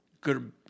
Good